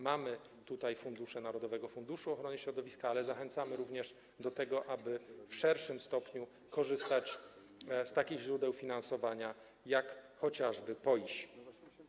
Mamy tutaj fundusze narodowego funduszu ochrony środowiska, ale zachęcamy również do tego, aby w szerszym stopniu korzystać z takich źródeł finansowania, jak chociażby PO IiŚ.